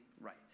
right